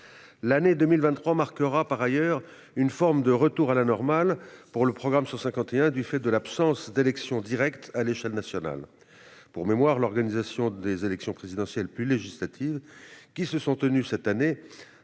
L'année 2023 marquera par ailleurs une forme de « retour à la normale » pour le programme 151, du fait de l'absence d'élection directe à l'échelle nationale. Pour mémoire, l'organisation des élections présidentielles, puis législatives qui se sont tenues cette année